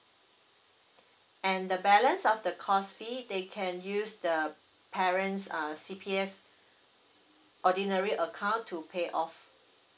and the balance of the course fee they can use the parents uh C_P_F ordinary account to pay off